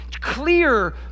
clear